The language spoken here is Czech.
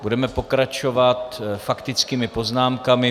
Budeme pokračovat faktickými poznámkami.